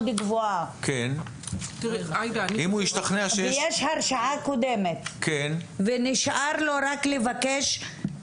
גבוהה ויש הרשעה קודמת ונשאר לו רק לבקש